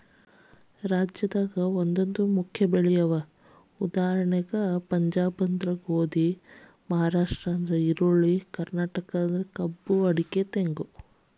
ರಾಜ್ಯದ ಒಂದೊಂದು ಮುಖ್ಯ ಬೆಳೆ ಇದೆ ಉದಾ ಪಂಜಾಬ್ ಗೋಧಿ, ಮಹಾರಾಷ್ಟ್ರ ಈರುಳ್ಳಿ, ಕರ್ನಾಟಕ ಕಬ್ಬು ಅಡಿಕೆ ತೆಂಗು